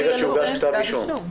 ברגע שהוגש כתב אישום.